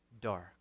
dark